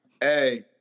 Hey